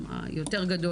הגדול,